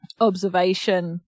observation